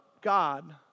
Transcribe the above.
God